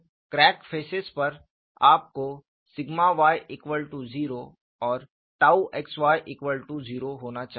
तो crack faces पर आपको सिग्मा y0 और टाउ xy0 होना चाहिए